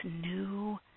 new